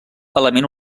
element